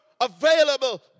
available